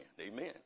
Amen